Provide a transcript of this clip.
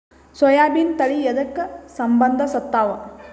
ಸೋಯಾಬಿನ ತಳಿ ಎದಕ ಸಂಭಂದಸತ್ತಾವ?